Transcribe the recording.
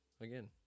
Again